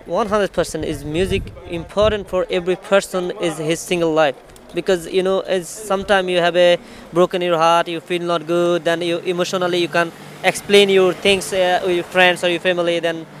100% is music important for every person is his single life. Because, you know, as sometime you have a broken your heart, you feel not good, then you emotionally you can explain your things, uh, with your friends or your family, then